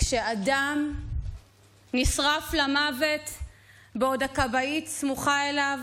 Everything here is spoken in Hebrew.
כשאדם נשרף למוות בעוד הכבאית סמוכה אליו,